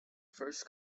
first